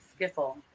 skiffle